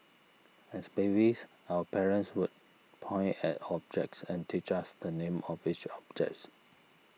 as babies our parents would point at objects and teach us the names of each objects